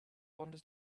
wanted